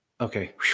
Okay